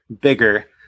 bigger